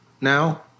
now